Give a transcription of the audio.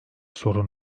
sorun